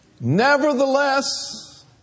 Nevertheless